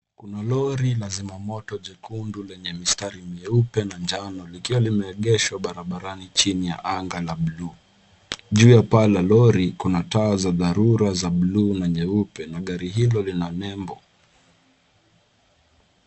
Kuna lori la zimamoto jekundu lenye mistari mieupe na njano likiwa limeegeshwa barabarani chini ya anga la buluu. Juu ya paa la lori, kuna taa za dharura za buluu na nyeupe na gari hilo lina nembo.